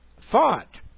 thought